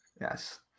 Yes